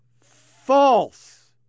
false